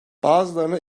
bazılarına